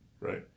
right